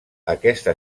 aquesta